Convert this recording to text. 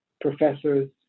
professors